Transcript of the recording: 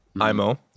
IMO